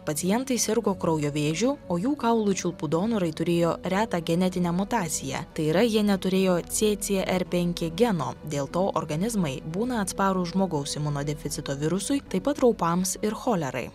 pacientai sirgo kraujo vėžiu o jų kaulų čiulpų donorai turėjo retą genetinę mutacijąyra jie neturėjo cė cė er penki geno dėl to organizmai būna atsparūs žmogaus imunodeficito virusui taip pat raupams ir cholerai